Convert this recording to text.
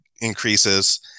increases